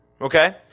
okay